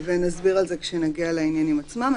נסביר על זה כשנגיע לעניינים עצמם.